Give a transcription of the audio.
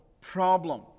problem